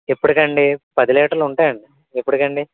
ఎప్పుటికి అండి పది లీటర్లు ఉంటాయండి ఎప్పుడుకండి